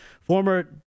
Former